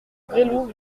gresloup